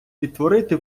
відтворити